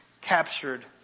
captured